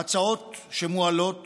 ההצעות שמועלות